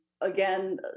again